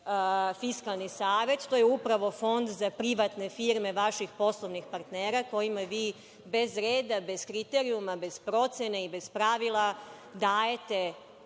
Fiskalni savet, to je upravo Fond za privatne firme vaših poslovnih partnera, kojima vi bez reda, bez kriterijuma, bez procene i bez pravila dajete